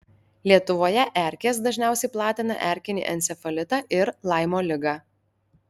lietuvoje erkės dažniausiai platina erkinį encefalitą ir laimo ligą